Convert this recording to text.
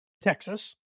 Texas